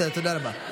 תודה רבה.